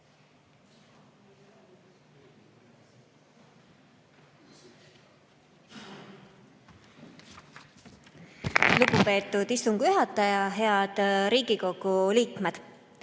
Lugupeetud istungi juhataja! Head Riigikogu liikmed!